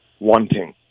wanting